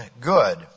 good